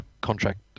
contract